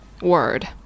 word